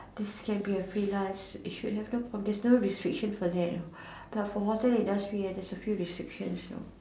this can be a free lunch is should have theres no restrictions for that you know but hotel industry there is a few restrictions know